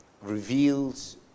reveals